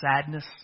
sadness